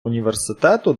університету